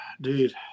dude